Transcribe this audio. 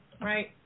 Right